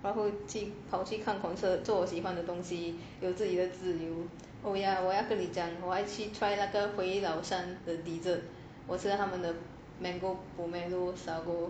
然后自己跑去看 concert 做我喜欢的东西有自己的自由 oh ya 我还要跟你讲我还去吃回老山的 dessert 我吃他们的 mango pomelo sago